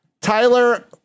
Tyler